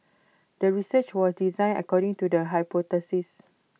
the research was designed according to the hypothesis